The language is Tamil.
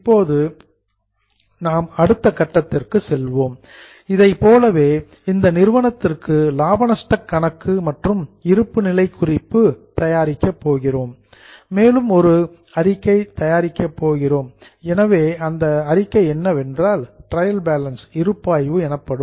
இப்போது நாம் அடுத்த கட்டத்திற்கு செல்கிறோம் இதைப்போலவே இந்த நிறுவனத்திற்கு லாப நஷ்ட கணக்கு மற்றும் இருப்பு நிலை குறிப்பு தயாரிக்கப் போகிறோம் மேலும் ட்ரையல் பேலன்ஸ் இருப்பாய்வு எனப்படும் மேலும் ஒரு அறிக்கையை தயாரிக்க போகிறோம்